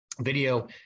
video